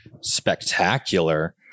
spectacular